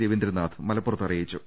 രവീന്ദ്രനാഥ് മലപ്പുറത്ത് അറിയിച്ചു